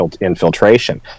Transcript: infiltration